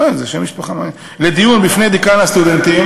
איזה שם משפחה מעניין, לדיון בפני דיקן הסטודנטים.